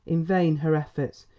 in vain her efforts,